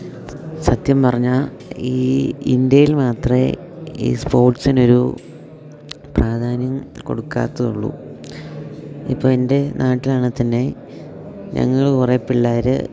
സത്യം പറഞ്ഞാൽ ഈ ഇന്ത്യയിൽ മാത്രേ ഈ സ്പോർട്സിനൊരു പ്രാധാന്യം കൊടുക്കാത്തത് ഉള്ളു ഇപ്പം എൻ്റെ നാട്ടിലാണേൽ തന്നെ ഞങ്ങള് കുറെ പിള്ളേര്